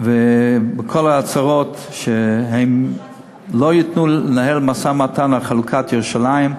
וכל ההצהרות שהם לא ייתנו לנהל משא-ומתן על חלוקת ירושלים,